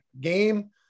game